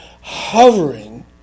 hovering